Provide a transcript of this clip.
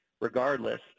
regardless